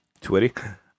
Twitter